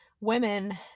women